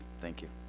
thank you